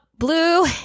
Blue